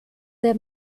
their